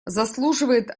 заслуживает